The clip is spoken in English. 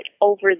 over